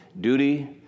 Duty